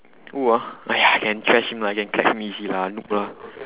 who ah !aiya! can trash him lah can catch me easy lah noob lah